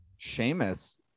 Seamus